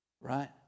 Right